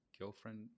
girlfriend